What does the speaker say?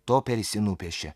toperisi jį nupiešė